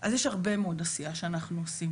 אז יש הרבה מאוד עשייה שאנחנו עושים